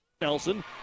Nelson